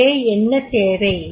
எனவே என்ன தேவை